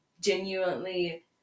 genuinely